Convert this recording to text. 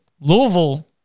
Louisville